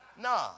Nah